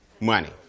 Money